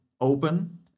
open